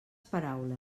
paraules